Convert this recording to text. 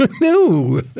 No